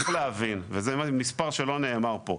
וזה מספר שלא נאמר פה,